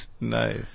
Nice